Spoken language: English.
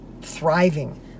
thriving